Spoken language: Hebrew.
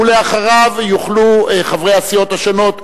ואחריו יוכלו חברי הסיעות השונות,